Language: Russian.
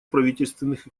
правительственных